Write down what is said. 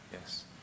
Yes